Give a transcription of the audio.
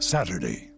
Saturday